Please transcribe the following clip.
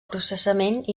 processament